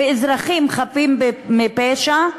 באזרחים חפים מפשע,